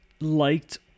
liked